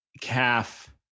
Calf